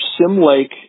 Simlake